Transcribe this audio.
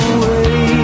away